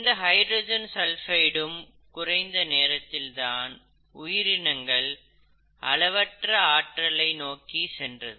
இந்த hydrogen sulphide உம் குறைந்த நேரத்தில் தான் உயிரினங்கள் அளவற்ற ஆற்றலை நோக்கி சென்றது